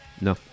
No